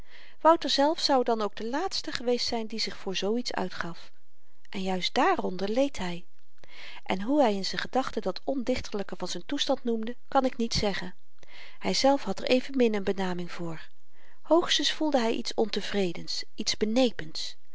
wouter zelf zou dan ook de laatste geweest zyn die zich voor zooiets uitgaf en juist dààronder leed hy en hoe hy in z'n gedachten dat ondichterlyke van z'n toestand noemde kan ik niet zeggen hyzelf had er evenmin n benaming voor hoogstens voelde hy iets ontevredens iets